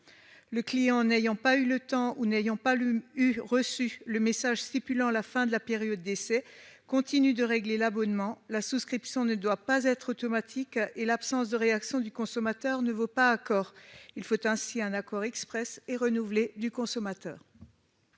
Le client, n'ayant pas eu le temps de le résilier ou n'ayant pas reçu le message indiquant la fin de la période d'essai, continue de régler l'abonnement. La souscription ne doit pas être automatique et l'absence de réaction du consommateur ne vaut pas accord : il faut ainsi un accord exprès et renouvelé de sa part.